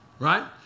right